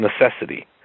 necessity